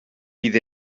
bydd